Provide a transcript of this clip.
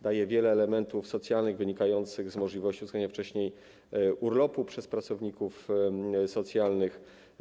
Daje wiele elementów socjalnych wynikających z możliwości uzyskania wcześniej urlopu przez pracowników socjalnych.